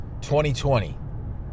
2020